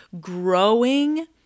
growing